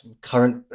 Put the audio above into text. current